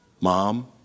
Mom